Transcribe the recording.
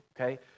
okay